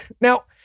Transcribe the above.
Now